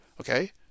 Okay